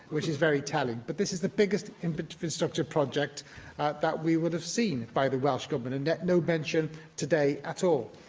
which is very telling. but this is the biggest infrastructure project that we will have seen by the welsh government and yet no mention today at all.